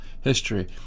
history